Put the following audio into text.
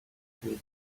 street